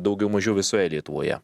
daugiau mažiau visoje lietuvoje